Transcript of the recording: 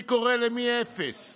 מי קורא למי "אפס"?